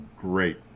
great